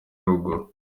ruguru